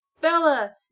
Bella